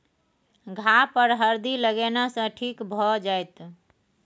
घाह पर हरदि लगेने सँ ठीक भए जाइत